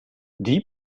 die